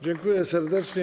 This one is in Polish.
Dziękuję serdecznie.